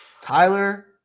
Tyler